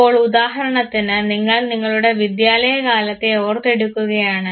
ഇപ്പോൾ ഉദാഹരണത്തിന് നിങ്ങൾ നിങ്ങളുടെ വിദ്യാലയ കാലത്തെ ഓർത്തെടുക്കുകയാണ്